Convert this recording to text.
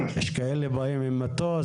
יש כאלה שבאים עם מטוס,